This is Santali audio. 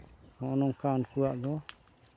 ᱱᱚᱜᱼᱚ ᱱᱚᱝᱠᱟ ᱱᱩᱠᱩᱣᱟᱜ ᱫᱚ